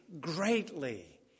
greatly